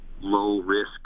low-risk